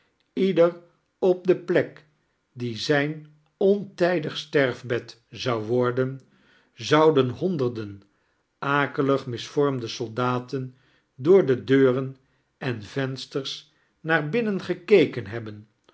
ieder op de plek die zijn ontijdig sterfbed zou worden zouden honderden akelig mis'voirmde soldaten door de deuren en venstea-s naar binnen gekeken hebben